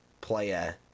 player